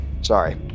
Sorry